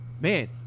man